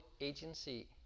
agency